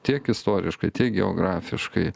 tiek istoriškai tiek geografiškai